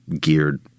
geared